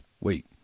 Wait